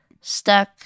stuck